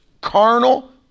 carnal